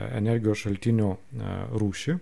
energijos šaltinių na rūšį